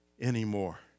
anymore